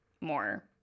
more